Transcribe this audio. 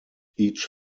each